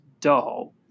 dull